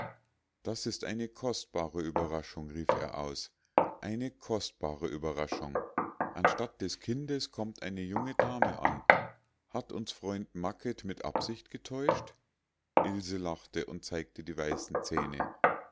das ist eine kostbare ueberraschung rief er aus eine kostbare ueberraschung anstatt des kindes kommt eine junge dame an hat uns freund macket mit absicht getäuscht ilse lachte und zeigte die weißen zähne